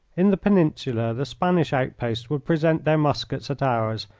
in the peninsula the spanish outposts would present their muskets at ours,